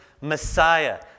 Messiah